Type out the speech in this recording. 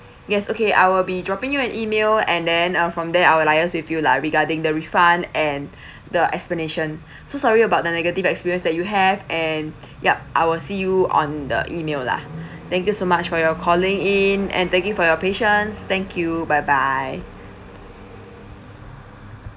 yes okay I will be dropping you an email and then uh from there I will liaise with you lah regarding the refund and the explanation so sorry about the negative experience that you have and yup I will see you on the email lah thank you so much for your calling in and thank you for your patience thank you bye bye